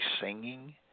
singing